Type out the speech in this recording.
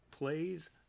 Plays